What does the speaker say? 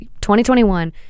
2021